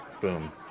Boom